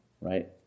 right